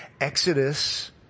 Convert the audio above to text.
Exodus